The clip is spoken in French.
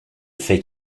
fait